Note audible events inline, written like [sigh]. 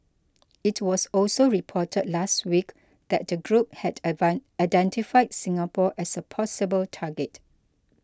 it was also reported last week that the group had [unintelligible] identified Singapore as a possible target